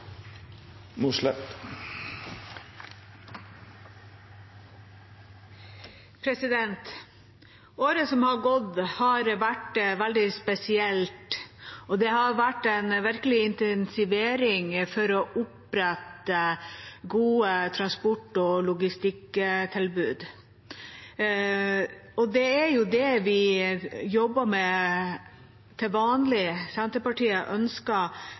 avslutta. Året som har gått, har vært veldig spesielt, og det har virkelig vært en intensivering for å opprette gode transport- og logistikktilbud. Og det er jo det vi jobber med til vanlig. Senterpartiet ønsker